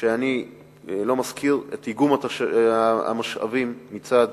ואני לא מזכיר את איגום המשאבים מצד